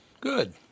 Good